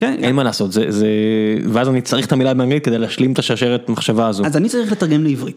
כן, אין מה לעשות, זה.. זה.., ואז אני צריך את המילה הבאמת כדי להשלים את השרשרת המחשבה הזו. אז אני צריך לתרגם לעברית.